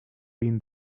been